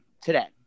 today